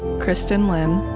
kristin lin,